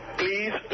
please